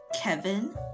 Kevin